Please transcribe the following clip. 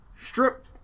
strip